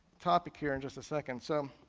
topic here in just a second. so